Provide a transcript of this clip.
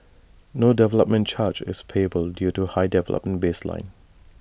no development charge is payable due to the high development baseline